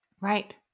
Right